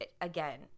Again